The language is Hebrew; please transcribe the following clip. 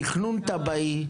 תכנון תב"עי,